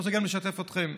אני רוצה לשתף גם אתכם.